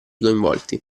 coinvolti